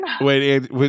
Wait